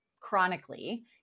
chronically